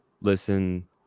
listen